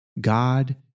God